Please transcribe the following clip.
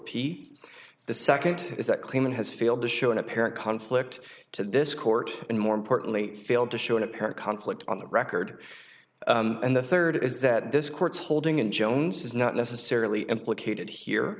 pete the second is that claimant has failed to show an apparent conflict to this court and more importantly failed to show an apparent conflict on the record and the third is that this court's holding in jones is not necessarily implicated here